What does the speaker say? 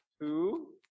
two